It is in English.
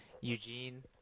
Eugene